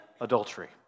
adultery